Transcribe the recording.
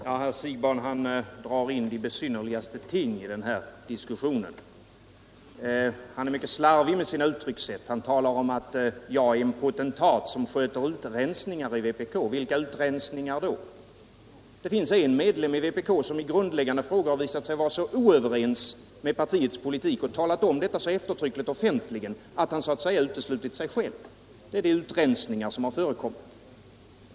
Herr talman! Herr Siegbahn drar in de besynnerligaste ting i denna diskussion. Han är också mycket slarvig i sina uttryckssätt och talade bl.a. om att jag är en potentat som sköter utrensningar i vpk. Vilka utrensningar då? Det finns en medlem i vpk som i grundläggande frågor har visat sig vara så oöverens med partiets politik och talat om detta offentligt så eftertryckligt, att han så att säga har uteslutit sig själv. Det är den utrensning som har förekommit.